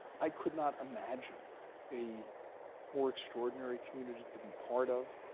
i could not imagine a more extraordinary community to be part of,